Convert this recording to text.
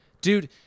Dude